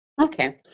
Okay